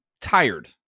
tired